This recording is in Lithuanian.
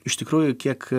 iš tikrųjų kiek